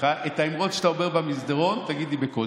אני כבר מזמן מזמן אמרתי לך: את האמרות שאתה אומר במסדרון תגיד לי בקול,